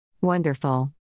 Wonderful